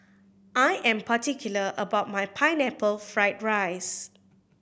I am particular about my Pineapple Fried rice